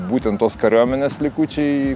būtent tos kariuomenės likučiai